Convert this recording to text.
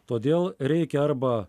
todėl reikia arba